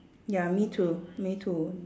ya me too me too